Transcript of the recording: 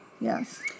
Yes